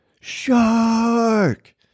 Shark